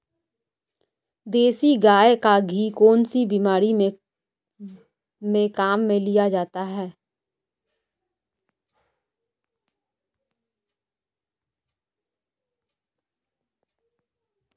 देसी गाय का घी कौनसी बीमारी में काम में लिया जाता है?